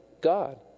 God